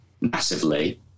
massively